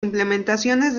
implementaciones